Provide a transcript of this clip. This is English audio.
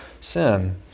sin